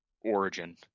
origin